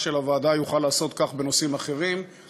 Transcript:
של הוועדה יוכל לעשות כך בנושאים אחרים,